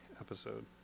episode